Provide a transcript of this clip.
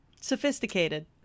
Sophisticated